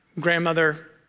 grandmother